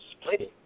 splitting